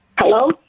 Hello